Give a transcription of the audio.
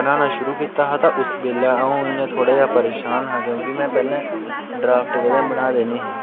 बनाना शुरू कीता हा ते उस बेल्लै अ'ऊं इयां थोह्ड़ा जेहा परेशान हा क्योंकि में पैह्ले ड्राफ्ट कदें बनाए दे नेहे